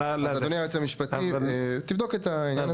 אז אדוני היועץ המשפטי, תבדוק את העניין הזה.